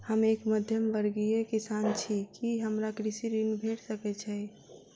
हम एक मध्यमवर्गीय किसान छी, की हमरा कृषि ऋण भेट सकय छई?